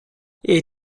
jej